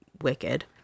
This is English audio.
wicked